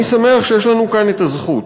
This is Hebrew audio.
אני שמח שיש לנו כאן הזכות